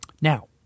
Now